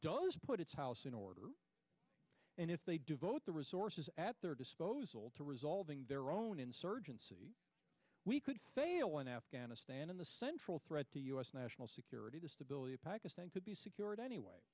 does put its house in order and if they devote the resources at their disposal to resolving their own insurgency we could fail in afghanistan and the central threat to u s national security the stability of pakistan could be secured anyway